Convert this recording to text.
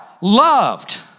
loved